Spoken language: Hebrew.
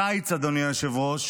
הקיץ, אדוני היושב-ראש,